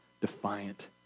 defiant